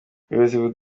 ubuyobozi